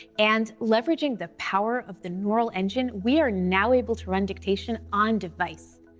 and leveraging the power of the neural engine, we are now able to run dictation on-device.